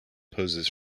poses